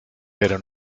pero